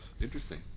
interesting